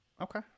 Okay